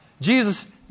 Jesus